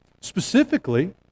specifically